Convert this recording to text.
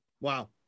Wow